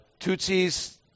Tutsis